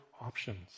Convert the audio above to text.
options